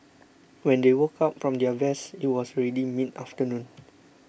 when they woke up from their rest it was already mid afternoon